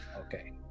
okay